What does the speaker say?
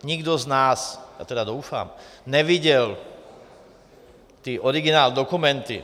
Nikdo z nás, tedy doufám, neviděl ty originál dokumenty.